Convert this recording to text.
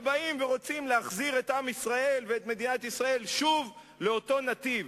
ובאים ורוצים להחזיר את עם ישראל ואת מדינת ישראל שוב לאותו נתיב.